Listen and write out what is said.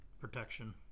protection